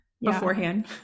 beforehand